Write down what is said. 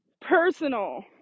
personal